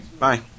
Bye